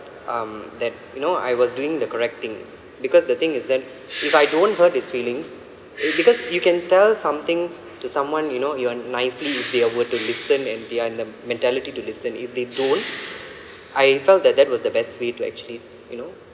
um that you know I was doing the correct thing because the thing is then if I don't hurt his feelings because you can tell something to someone you know your nicely if they were to listen and they are in the mentality to listen if they don't I felt that that was the best way to actually you know